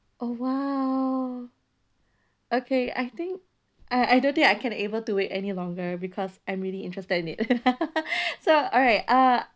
oh !wow! okay I think I I don't think I can able to wait any longer because I'm really interested in it so alright uh